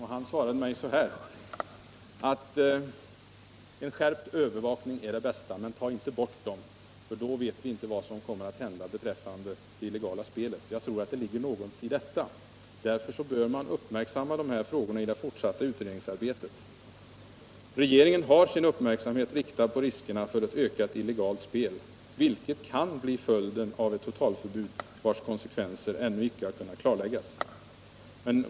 Han svarade mig: En skärpt övervakning är det bästa, men ta inte bort spelautomaterna för då vet vi inte vad som kommer att hända beträffande det illegala spelet. Jag tror att det ligger någonting i detta. Därför bör man uppmärksamma dessa frågor i det fortsatta utredningsarbetet. Regeringen har sin uppmärksamhet riktad på riskerna med ett ökat illegalt spel, vilket kan bli följden av ett totalförbud, vars konsekvenser ännu inte kunnat klarläggas.